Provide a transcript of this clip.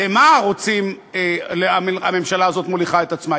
כלשהן לאן הממשלה הזאת מוליכה את עצמה.